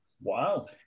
wow